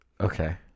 okay